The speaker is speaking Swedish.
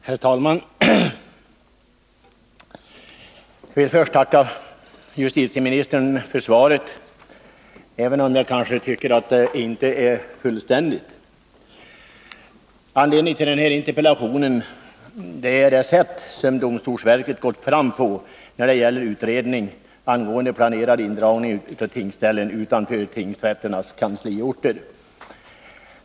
Herr talman! Jag vill först tacka justitieministern för svaret, även om jag tycker att det kanske inte är fullständigt. Anledningen till denna interpellation är det sätt som domstolsverket gått fram på när det gäller utredning om planerad indragning av tingsställen utanför tingsrätternas kansliorter.